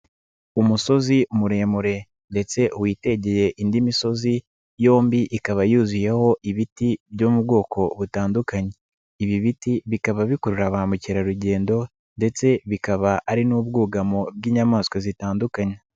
Umusozi muremure ndetse witegeye indi misozi yombi ikaba yuzuyeho ibiti byo mu bwoko butandukanye, ibi biti bikaba bikurura ba mukerarugendo ndetse bikaba ari n'ubwugamo bw'inyamaswa zitandukanye.